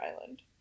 Island